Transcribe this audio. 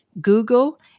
Google